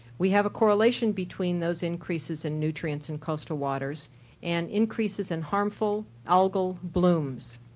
we have a correlation between those increases in nutrients in coastal waters and increases in harmful algal blooms.